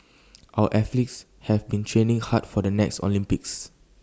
our athletes have been training hard for the next Olympics